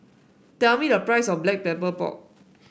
tell me the price of Black Pepper Pork